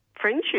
friendship